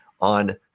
on